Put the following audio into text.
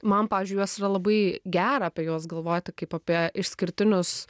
man pavyzdžiui juos yra labai gera apie juos galvoti kaip apie išskirtinius